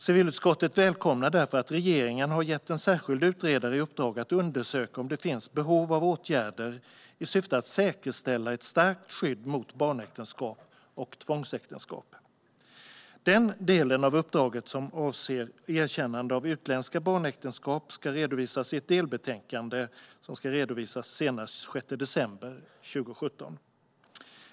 Civilutskottet välkomnar därför att regeringen har gett en särskild utredare i uppdrag att undersöka om det finns behov av åtgärder i syfte att säkerställa ett stärkt skydd mot barnäktenskap och tvångsäktenskap. Den del av uppdraget som avser erkännande av utländska barnäktenskap ska redovisas i ett delbetänkande senast den 6 december 2017.